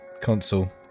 console